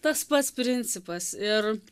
tas pats principas ir